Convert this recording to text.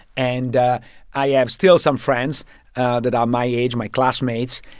and i have still some friends that are my age my classmates.